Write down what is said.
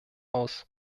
aus